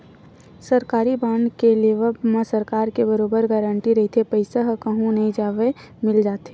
सरकारी बांड के लेवब म सरकार के बरोबर गांरटी रहिथे पईसा ह कहूँ नई जवय मिल जाथे